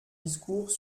discours